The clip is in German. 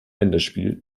länderspiel